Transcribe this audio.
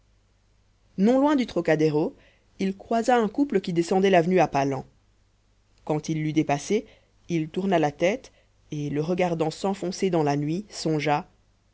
non loin du trocadéro il croisa un couple qui descendait l'avenue à pas lents quand il l'eut dépassé il tourna la tête et le regardant s'enfoncer dans la nuit songea